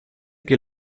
que